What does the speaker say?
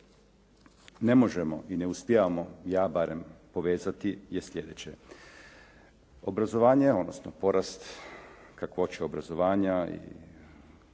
ne možemo i ne uspijevamo, ja barem, povezati je sljedeće: obrazovanje odnosno porast kakvoće obrazovanja i